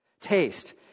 Taste